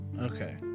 okay